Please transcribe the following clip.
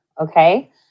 Okay